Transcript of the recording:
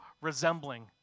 resembling